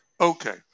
Okay